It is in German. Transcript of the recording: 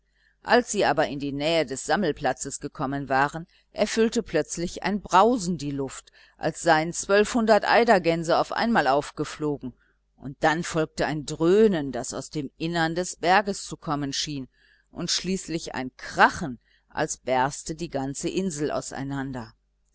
als sie aber in die nähe des sammelplatzes gekommen waren erfüllte plötzlich ein brausen die luft als seien zwölfhundert eidergänse auf einmal aufgeflogen und dann folgte ein dröhnen das aus dem innern des berges zu kommen schien und schließlich ein krachen als berste die ganze insel auseinander